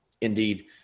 Indeed